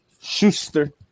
Schuster